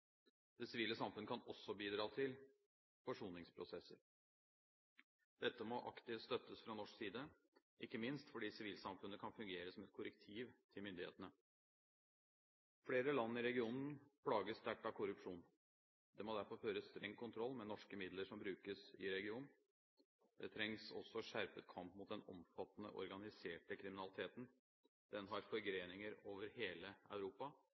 Det sivile samfunn kan også bidra til forsoningsprosesser. Dette må aktivt støttes fra norsk side, ikke minst fordi sivilsamfunnet kan fungere som et korrektiv til myndighetene. Flere land i regionen plages sterkt av korrupsjon. Det må derfor føres streng kontroll med norske midler som brukes i regionen. Det trengs også skjerpet kamp mot den omfattende organiserte kriminaliteten. Den har forgreninger over hele Europa